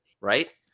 right